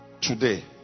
Today